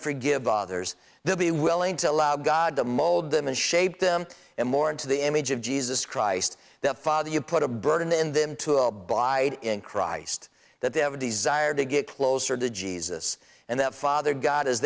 forgive others they'll be willing to allow god to mold them and shape them and more into the image of jesus christ the father you put a burden in them to abide in christ that they have a desire to get closer to jesus and the father god as